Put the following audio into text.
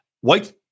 white